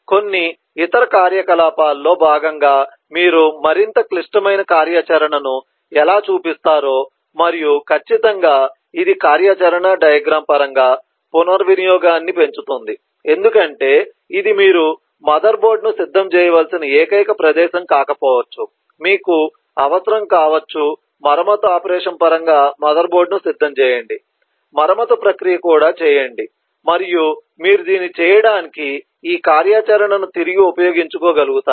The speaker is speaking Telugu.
కొన్ని ఇతర కార్యకలాపాల్లో భాగంగా మీరు మరింత క్లిష్టమైన కార్యాచరణను ఎలా చూపిస్తారో మరియు ఖచ్చితంగా ఇది కార్యాచరణ డయాగ్రమ్ పరంగా పునర్వినియోగాన్ని పెంచుతుంది ఎందుకంటే ఇది మీరు మదర్బోర్డును సిద్ధం చేయవలసిన ఏకైక ప్రదేశం కాకపోవచ్చు మీకు అవసరం కావచ్చు మరమ్మత్తు ఆపరేషన్ పరంగా మదర్బోర్డును సిద్ధం చేయండి మరమ్మత్తు ప్రక్రియ కూడా చేయండి మరియు మీరు దీన్ని చేయడానికి ఈ కార్యాచరణను తిరిగి ఉపయోగించుకోగలుగుతారు